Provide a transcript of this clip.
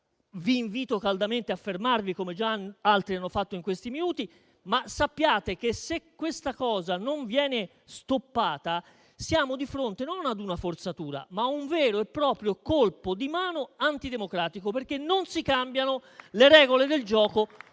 Vi invito caldamente a fermarvi, come già altri hanno fatto in questi minuti. Sappiate che, se questa cosa non viene stoppata, siamo di fronte non ad una forzatura, ma a un vero e proprio colpo di mano antidemocratico, perché non si cambiano le regole del gioco